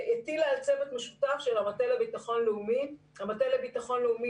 הטילה על צוות משותף של המטה לביטחון לאומי המטה לביטחון לאומי